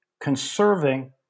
conserving